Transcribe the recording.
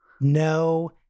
no